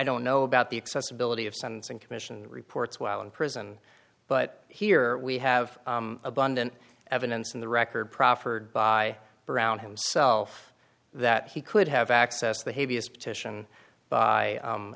don't know about the accessibility of sentencing commission reports while in prison but here we have abundant evidence in the record proffered by brown himself that he could have accessed the heaviest petition by